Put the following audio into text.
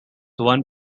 one